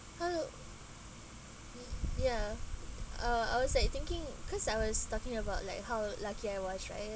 how ya uh I was like thinking cause I was talking about like how lucky I was right